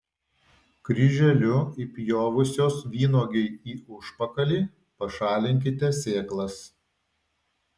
kryželiu įpjovusios vynuogei į užpakalį pašalinkite sėklas